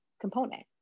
component